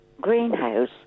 greenhouse